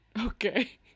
Okay